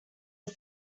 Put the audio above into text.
are